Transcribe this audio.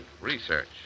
research